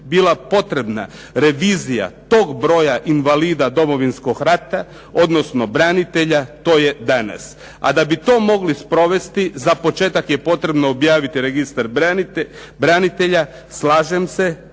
bila potrebna revizija tog broja invalida Domovinskog rata, odnosno branitelja to je danas. A da bi to mogli sprovesti za početak je potrebno objaviti registar branitelja. Slažem se,